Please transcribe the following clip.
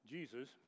Jesus